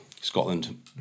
Scotland